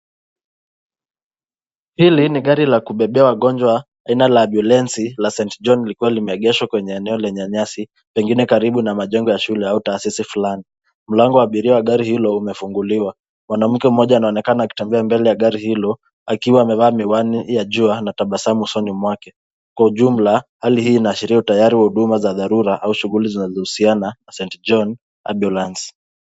Hili ni gari la kubebea wagonjwa aina la ambulensi la St John likiwa limeegeshwa kwenye eneo lenye nyasi pengine karibu na majengo ya shule au taasisi fulani. Mlango wa abiria wa gari hilo limefunguliwa. Mwanamke mmoja anaonekana akitembea mbele ya gari hilo akiwa amevaa miwani ya jua na tabasamu usoni mwake. Kwa ujumla hali hii inaashiria utayari wa huduma za dharura au shughuli zinazohusiana na St John Ambulance.